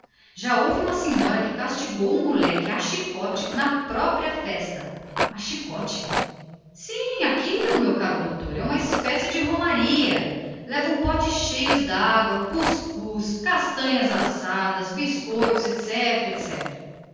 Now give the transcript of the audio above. já houve uma senhora que castigou um moleque a chicote lá mesmo no largo a chicote sim a chicote aquilo meu caro doutor é uma espécie de romaria as famílias levam consigo potes de água cuscuz castanhas assadas biscoitos